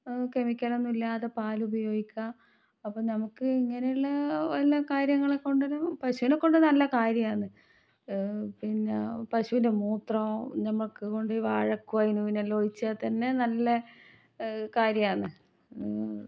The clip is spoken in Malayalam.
അത് കെമിക്കലൊന്നുമില്ലാതെ പാലുപയോഗിക്കാം അപ്പോൾ നമുക്ക് ഇങ്ങനെയുള്ള എല്ലാ കാര്യങ്ങളെ കൊണ്ടിനും പശുവിനെ കൊണ്ട് നല്ല കാര്യമാന്ന് പിന്നെ പശുവിൻ്റെ മൂത്രം ഞമ്മക്ക് കൊണ്ട് പോയി വാഴക്കും അതിനും ഇതിനും ഒഴിച്ചാൽത്തന്നെ നല്ല കാര്യമാന്ന്